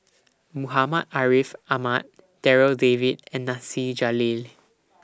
Muhammad Ariff Ahmad Darryl David and Nasir Jalil